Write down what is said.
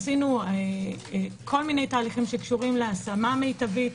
עשינו כל מיני תהליכים שקשורים להשמה מיטבית,